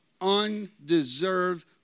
undeserved